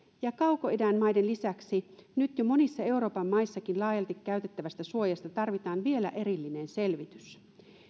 ja kaukoidän maiden lisäksi nyt jo monissa euroopan maissakin laajalti käytettävästä suojasta tarvitaan vielä erillinen selvitys